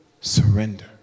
surrender